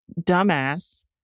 dumbass